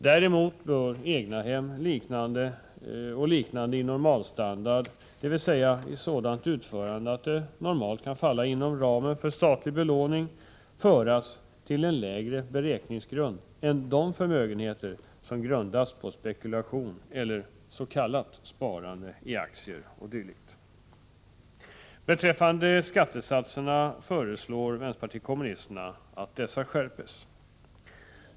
Däremot bör egnahem och liknande i normalstandard, dvs. i sådant utförande att de normalt faller inom ramen för statlig belåning, föras till en lägre beräkningsgrund än de förmögenheter som grundas på spekulation eller s.k. sparande i aktier o. d. Beträffande skattesatserna föreslår vpk att dessa skärps.